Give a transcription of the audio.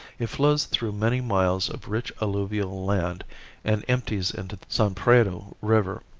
it flows through many miles of rich alluvial land and empties into the san predo river.